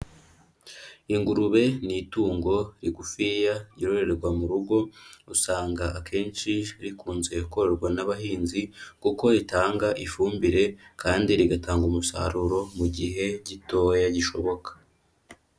Ingurube ni itungo rigufiya, ryororerwa mu rugo, usanga akenshi rikunze korwa n'abahinzi kuko ritanga ifumbire kandi rigatanga umusaruro mu gihe gitoya gishoboka.